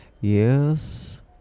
Yes